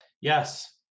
Yes